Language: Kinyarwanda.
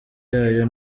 yayo